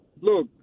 look